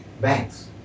banks